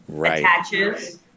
attaches